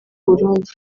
burundi